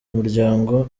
muryango